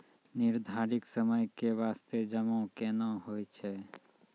निर्धारित समय के बास्ते जमा केना होय छै?